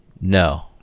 No